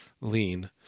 lean